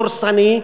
דורסני,